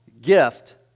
gift